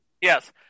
Yes